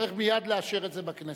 צריך מייד לאשר את זה בכנסת.